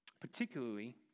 particularly